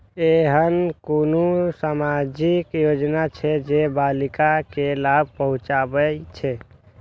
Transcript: ऐहन कुनु सामाजिक योजना छे जे बालिका के लाभ पहुँचाबे छे?